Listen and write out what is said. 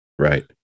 right